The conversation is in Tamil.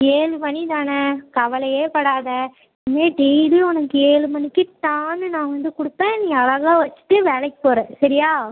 ஏழு மணி தானே கவலையேப்படாத இனிமே டெய்லியும் உனக்கு ஏழு மணிக்கு டான்னு நான் வந்து கொடுப்பேன் நீ அழகாக வச்சிகிட்டு வேலைக்கு போகற சரியா